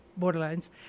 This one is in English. borderlines